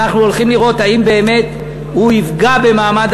אנחנו הולכים לראות האם באמת הוא יפגע במעמד